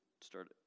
start